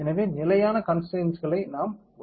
எனவே நிலையான கன்ஸ்டரைன்ஸ்களை நாம் ஒதுக்குகிறோம்